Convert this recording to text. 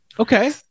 Okay